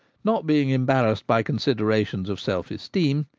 not being embarrassed by considera tions of self-esteem,